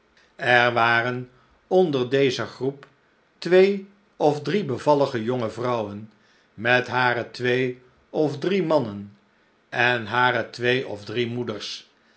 er waren onder deze groep twee of drie bevallige jonge vrouwen met hare twee of drie mannen en hare twee of drie moeders